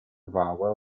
vowel